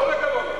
עוד הפגנות.